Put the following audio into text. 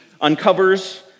uncovers